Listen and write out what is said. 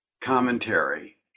commentary